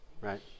right